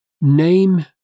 name